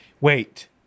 Wait